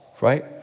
right